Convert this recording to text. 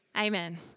Amen